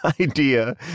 idea